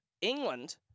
England